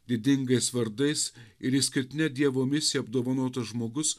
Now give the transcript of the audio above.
didingais vardais ir išskirtine dievo misija apdovanotas žmogus